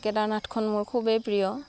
কেদাৰনাথখন মোৰ খুবেই প্ৰিয়